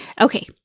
Okay